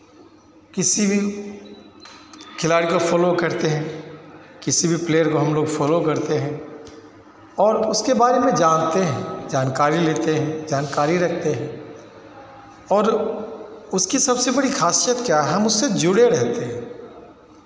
किसी भी खिलाड़ी को फॉलो करते हैं किसी भी प्लेयर को हम लोग फॉलो करते हैं और उसके उसके बारे में जानते हैं जानकारी लेते हैं जानकारी रखते हैं और उसकी सबसे बड़ी खासियत क्या है उससे हम जुड़े रहते हैं